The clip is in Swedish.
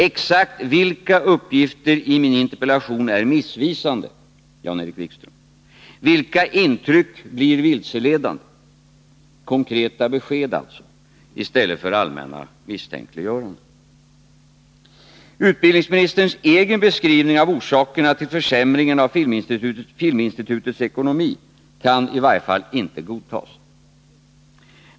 Exakt vilka uppgifter i min interpellation är missvisande, Jan-Erik Wikström? Vilka intryck blir vilseledande? Jag vill alltså ha konkreta besked i stället för allmänna misstänkliggöranden. Utbildningsministerns egen beskrivning av orsakerna till försämringen av Filminstitutets ekonomi kan i varje fall inte godtas.